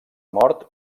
mort